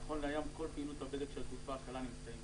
נכון להיום כל פעילות הבדק של התעופה הקלה נמצא שם.